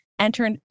Enter